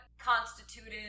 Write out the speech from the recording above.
constituted